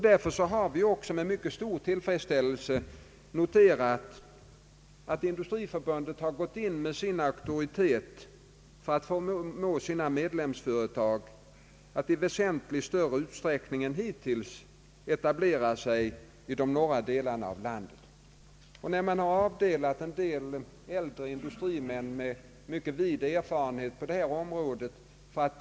Därför har vi också med mycket stor tillfredsställelse noterat att Industriförbundet har gått in med sin auktoritet för att förmå sina medlemsföretag att i väsentligt större: utsträckning än hittills etablera sig i de norra delarna av landet. Att ha avdelat en del äldre industrimän med mycket vida erfarenheter på detta område för att.